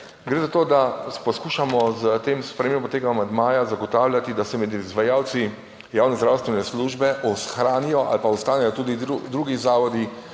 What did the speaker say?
Gre za to, da poskušamo s tem spremembo tega amandmaja zagotavljati, da se med izvajalci javne zdravstvene službe ohranijo ali pa ostanejo tudi drugi zavodi,